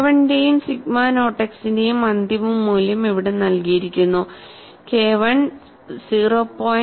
കെഐയുടെയും sigma naught x ന്റെയും അന്തിമ മൂല്യം ഇവിടെ നൽകിയിരിക്കുന്നു KI 0